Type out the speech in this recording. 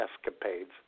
escapades